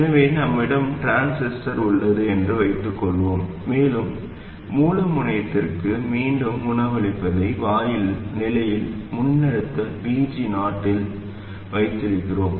எனவே நம்மிடம் டிரான்சிஸ்டர் உள்ளது என்று வைத்துக்கொள்வோம் மேலும் மூல முனையத்திற்கு மீண்டும் உணவளிப்பதால் வாயிலை நிலையான மின்னழுத்த VG0 இல் வைத்திருக்கிறோம்